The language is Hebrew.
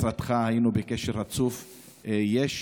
הייתי בקשר רצוף עם משרדך.